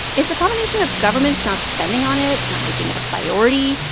it's a combination of governments not spending on it, not making it a priority,